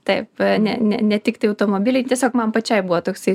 taip ne ne ne tiktai automobiliai tiesiog man pačiai buvo toksai